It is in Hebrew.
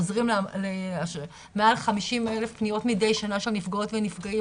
עוזרים למעל 50,000 פגיעות בשנה של נפגעות ונפגעים,